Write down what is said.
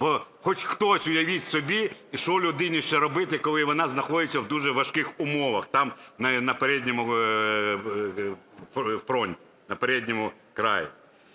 Бо хоч хтось уявіть собі, що людині ще робити, коли вона знаходиться в дуже важких умовах, там на передньому